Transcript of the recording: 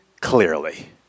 Clearly